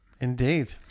indeed